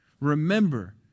Remember